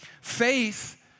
Faith